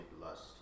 lust